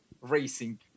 racing